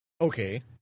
Okay